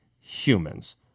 humans